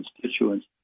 constituents